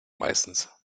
meistens